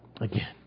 again